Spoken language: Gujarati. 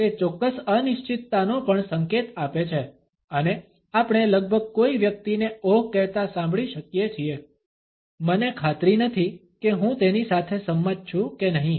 તે ચોક્કસ અનિશ્ચિતતાનો પણ સંકેત આપે છે અને આપણે લગભગ કોઈ વ્યક્તિને ઓહ કહેતા સાંભળી શકીએ છીએ મને ખાતરી નથી કે હું તેની સાથે સંમત છું કે નહીં